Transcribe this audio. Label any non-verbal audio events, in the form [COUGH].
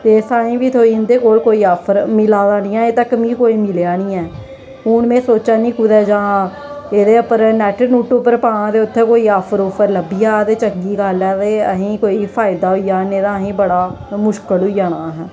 ते [UNINTELLIGIBLE] उं'दे कोल बी कोई आफर मिला दा नेईं ऐ अजें तकर मिकी कोई मिलेआ नेईं ऐ हून में सोचा नी कुदै जां एह्दे उप्पर नेट नुट उप्पर पां ते उत्थे कोई आफर अफूर लब्बी जा ते चंगी गल्ल ऐ भाई असेंगी कोई फायदा होई जा नेईं तां असेंगी बड़ा मुश्कल होई जाना असेंगी